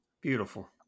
beautiful